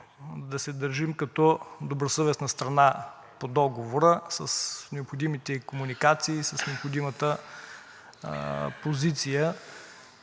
да се държим като добросъвестна страна по договора с необходимите комуникации, с необходимата позиция,